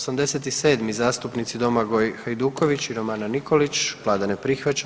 87., zastupnici Domagoj Hajduković i Romana Nikolić, Vlada ne prihvaća.